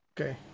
Okay